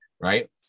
right